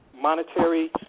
monetary